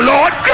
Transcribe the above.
Lord